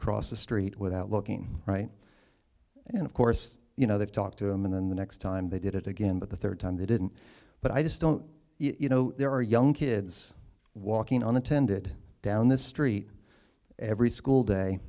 cross the street without looking right and of course you know they talked to him and then the next time they did it again but the third time they didn't but i just don't you know there are young kids walking unintended down the street every school day